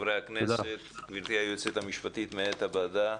חברי הכנסת, גברתי היועצת המשפטית, מנהלת הוועדה,